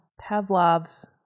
Pavlov's